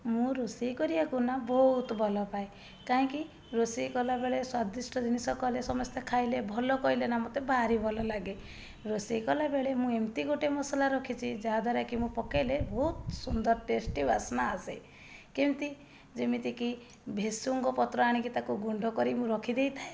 ମୁଁ ରୋଷେଇ କରିବାକୁ ନା ବହୁତ ଭଲପାଏ କାହିଁକି ରୋଷେଇ କଲା ବେଳେ ସ୍ଵାଦିଷ୍ଟ ଜିନିଷ କଲେ ସମସ୍ତେ ଖାଇଲେ ଭଲ କହିଲେ ନା ମୋତେ ଭାରି ଭଲ ଲାଗେ ରୋଷେଇ କଲା ବେଳେ ମୁଁ ଏମିତି ଗୋଟେ ମସଲା ରଖିଛି ଯାହାଦ୍ୱାରାକି ମୁଁ ପକେଇଲେ ବହୁତ ସୁନ୍ଦର ଟେଷ୍ଟି ବାସ୍ନା ଆସେ କେମିତି ଯେମିତିକି ଭେସୁଙ୍ଗ ପତ୍ର ଆଣିକି ତାକୁ ଗୁଣ୍ଡ କରି ମୁଁ ରଖି ଦେଇଥାଏ